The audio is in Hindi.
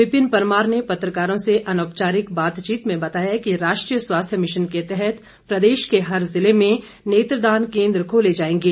विपिन परमार ने पत्रकारों से अनौपचारिक बातचीत में बताया कि राष्ट्रीय स्वास्थ्य मिशन के तहत प्रदेश के हर जिले में नेत्रदान केन्द्र खोले जाएंगे